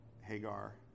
Hagar